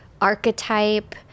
archetype